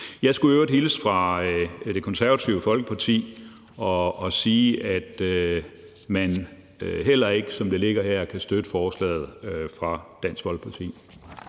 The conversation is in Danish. Jeg skulle i øvrigt hilse fra Det Konservative Folkeparti og sige, at man heller ikke, som det ligger her, kan støtte forslaget fra Dansk Folkeparti.